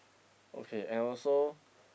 okay and also